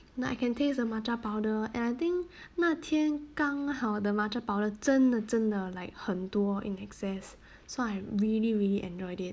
now I can taste a matcha powder and I think 那天刚好 the matcha powder 真的真的 like 很多 in excess so I'm really really enjoyed it